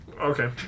Okay